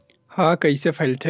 ह कइसे फैलथे?